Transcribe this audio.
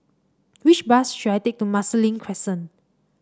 which bus should I take to Marsiling Crescent